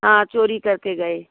हाँ चोरी करके गए